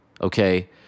okay